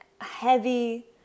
heavy